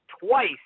twice